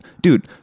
dude